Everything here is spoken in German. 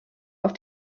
auf